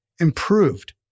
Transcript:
improved